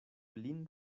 lin